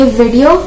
video